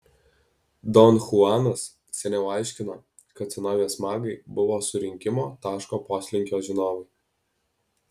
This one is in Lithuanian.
don chuanas seniau aiškino kad senovės magai buvo surinkimo taško poslinkio žinovai